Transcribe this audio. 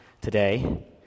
today